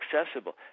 accessible